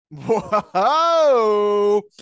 Whoa